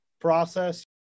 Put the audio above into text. process